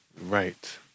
Right